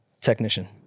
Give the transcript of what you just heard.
technician